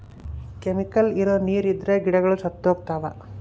chemical ಇರೋ ನೀರ್ ಇದ್ರೆ ಗಿಡಗಳು ಸತ್ತೋಗ್ತವ